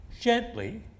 gently